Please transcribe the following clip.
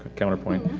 counterpoint.